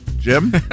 Jim